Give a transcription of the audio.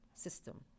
system